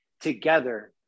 together